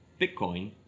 Bitcoin